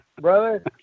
brother